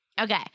Okay